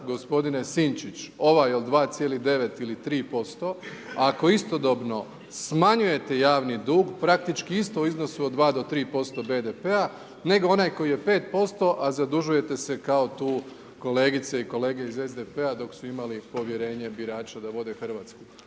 gospodine Sinčić, ovaj od 2,9 ili 3% ako istodobno smanjujete javni dug, praktički isto u iznosu od 2 do 3% BDP-a, nego onaj koji je 5%, a zadužujete se kao tu kolegice i kolege iz SDP-a dok su imali povjerenje birača da vode RH.